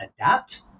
adapt